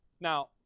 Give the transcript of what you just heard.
Now